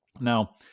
Now